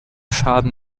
schaden